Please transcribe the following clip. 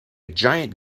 giant